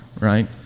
right